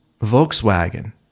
Volkswagen